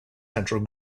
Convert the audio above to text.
central